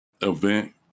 event